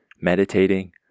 meditating